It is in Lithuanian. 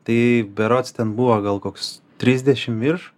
tai berods ten buvo gal koks trisdešim virš